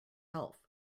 health